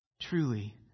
Truly